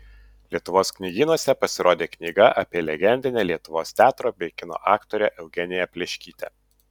lietuvos knygynuose pasirodė knyga apie legendinę lietuvos teatro bei kino aktorę eugeniją pleškytę